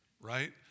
right